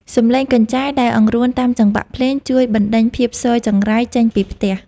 សំឡេងកញ្ឆែដែលអង្រួនតាមចង្វាក់ភ្លេង ជួយបណ្ដេញភាពស៊យចង្រៃចេញពីផ្ទះ។